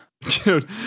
Dude